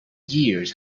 years